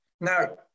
Now